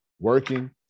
working